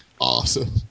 Awesome